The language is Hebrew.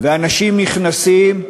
ואנשים נכנסים,